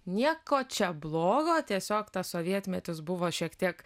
nieko čia blogo tiesiog tas sovietmetis buvo šiek tiek